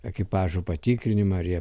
ekipažo patikrinimą ar jie